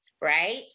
right